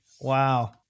Wow